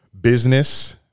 business